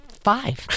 Five